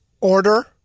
order